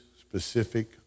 specific